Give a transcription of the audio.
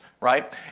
right